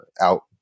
out